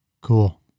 Cool